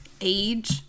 age